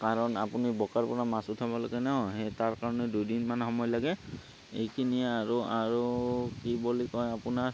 কাৰণ আপুনি বোকাৰপৰা মাছ উঠাব লাগে নহয় সেই তাৰ কাৰণে দুদিনমান সময় লাগে এইখিনিয়ে আৰু আৰু কি বুলি কয় আপোনাৰ